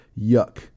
Yuck